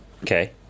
Okay